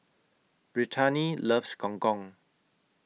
Brittani loves Gong Gong